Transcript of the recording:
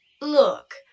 Look